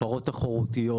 הפרות תחורותיות,